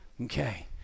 Okay